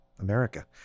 America